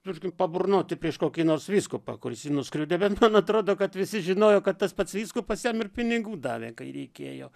tarkim paburnoti prieš kokį nors vyskupą kuris jį nuskriaudė bet man atrodo kad visi žinojo kad tas pats vyskupas jam ir pinigų davė kai reikėjo